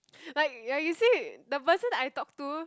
like like you see the person I talk to